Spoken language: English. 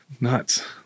Nuts